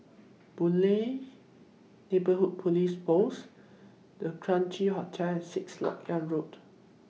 Boon Lay Neighbourhood Police Post The Quincy Hotel Sixth Lok Yang Road